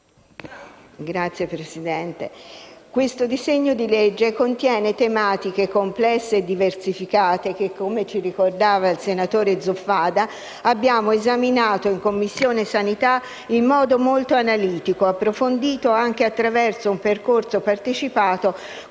Signor Presidente, questo disegno di legge contiene tematiche complesse e diversificate che, come ci ricordava il senatore Zuffada, abbiamo esaminato in Commissione sanità in modo molto analitico, approfondito, anche attraverso un percorso partecipato